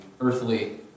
earthly